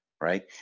right